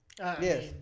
Yes